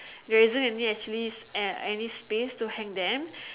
there isn't any actually any space to hang them